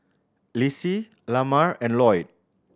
Lissie Lamar and Loyd